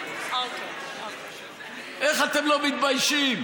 איך אתם לא מתביישים?